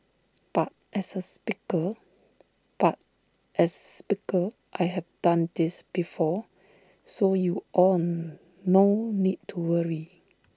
but as A speaker but as Speaker I have done this before so you all no need to worry